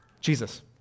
Jesus